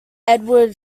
edward